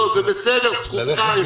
זה בסדר, זכותך.